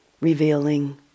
revealing